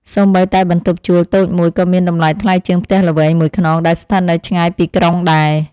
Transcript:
សូម្បីតែបន្ទប់ជួលតូចមួយក៏មានតម្លៃថ្លៃជាងផ្ទះល្វែងមួយខ្នងដែលស្ថិតនៅឆ្ងាយពីក្រុងដែរ។